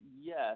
yes